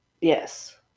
yes